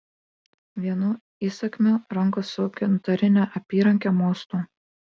vienu įsakmiu rankos su gintarine apyranke mostu